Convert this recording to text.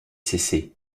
cessé